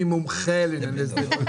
אני מומחה לענייני שדה דב.